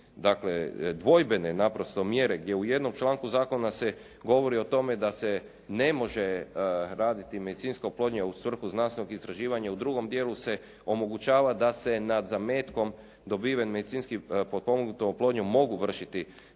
dakle dvojbene naprosto mjere gdje u jednom članku zakona se govori o tome da se ne može raditi medicinska oplodnja u svrhu znanstvenog istraživanja, u drugom dijelu se omogućava da se nad zametkom dobiven medicinski potpomognutom oplodnjom mogu vršiti